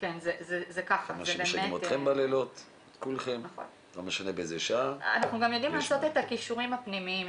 אנחנו גם יודעים לעשות את הקישורים הפנימיים.